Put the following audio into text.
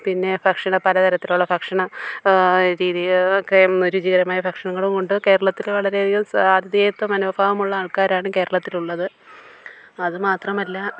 പിന്നെ ഭക്ഷണം പലതരത്തിലുള്ള ഭക്ഷണ രീതികളൊക്കെ രുചികരമായ ഭക്ഷണങ്ങളുമുണ്ട് കേരളത്തിൽ വളരെയധികം ആധിഥേയത്വ മനോഭാവമുള്ള ആൾക്കാരാണ് കേരാളത്തിലുള്ളത് അത് മാത്രമല്ല